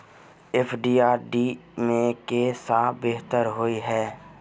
FD आ RD मे केँ सा बेहतर होइ है?